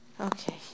Okay